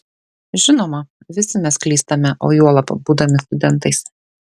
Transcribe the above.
žinoma visi mes klystame o juolab būdami studentais